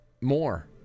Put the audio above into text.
More